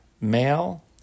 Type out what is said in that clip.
male